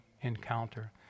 encounter